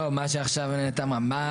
על מה שעכשיו נטע אמרה.